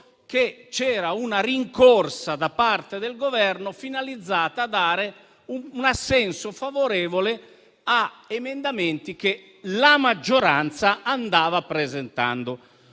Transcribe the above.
che c'era una rincorsa da parte del Governo finalizzata a dare un assenso a emendamenti che la maggioranza andava presentando.